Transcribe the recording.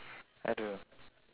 I don't know